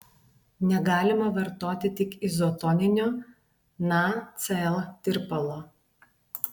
negalima vartoti tik izotoninio nacl tirpalo